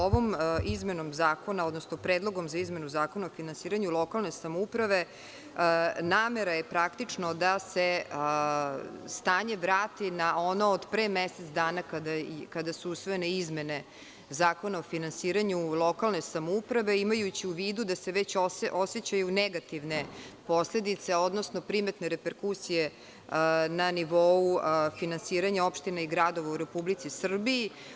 Ovim predlogom za izmenu Zakona o finansiranju lokalne samouprave namera je praktično da se stanje vrati na ono od pre mesec dana kada su usvojene izmene Zakona o finansiranju lokalne samouprave, imajući u vidu da se već osećaju negativne posledice, odnosno primetne reperkusije na nivou finansiranja opština i gradova u Republici Srbiji.